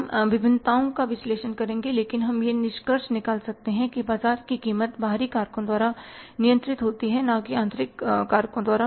हम विभिन्नताओं का विश्लेषण करेंगे लेकिन हम यह निष्कर्ष निकाल सकते है कि बाजार की कीमत बाहरी कारकों द्वारा नियंत्रित होती है न कि आंतरिक कारकों द्वारा